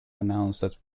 announce